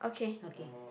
okay